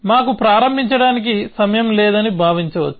మాకు ప్రారంభించడానికి సమయం లేదని భావించవచ్చు